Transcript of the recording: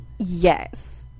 yes